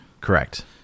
Correct